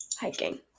Hiking